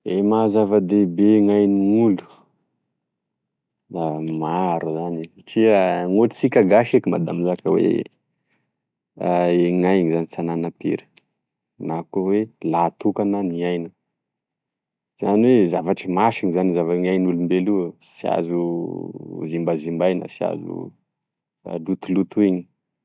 E mahazava-debe gn'ain'olo da maro zao zagne satria ohatry gn'olo sika gasy eky ma da mizaka hoe ae gn'ainy zany sy ananapiry na koa hoe lahy tokana ny aina zany oe zavatry masina zany gn'ain'olombelo io sy azo zimbazimbaina sy azo lotolotoina